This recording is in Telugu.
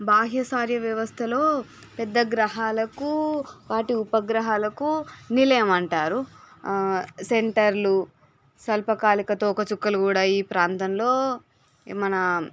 బాహ్య సార్యవ్యవస్థలో పెద్దగ్రహాలకు వాటి ఉపగ్రహాలకు నిలయం అంటారు సెంటర్లు స్వల్పకాలిక తోకచుక్కలు కూడా ఈ ప్రాంతంలో మన